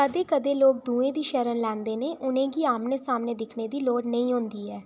कदें कदें लोक दुएं दी शरण लैंदे न उ'नें गी आमनै सामनै दिक्खने दी लोड़ नेईं होंदी ऐ